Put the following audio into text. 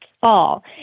fall